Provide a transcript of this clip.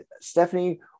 Stephanie